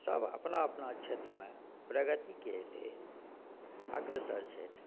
सभ अपना अपना क्षेत्रमे प्रगतिके लेल अग्रसर छथि